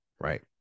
right